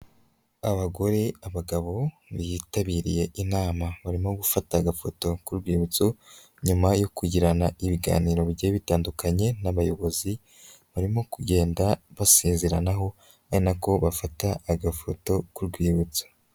Abagore, abagabo bitabiriye inama, barimo gufata agafoto nk'urwibutso, nyuma yo kugirana ibiganiro bigiye bitandukanye n'abayobozi, barimo kugenda basezeranaho ari nako bafata agafoto k'urwibutso.